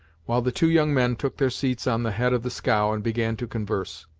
while the two young men took their seats on the head of the scow and began to converse.